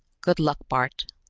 good luck, bart.